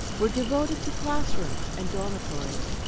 were devoted to class rooms and dormitories,